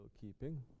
keeping